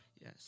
Yes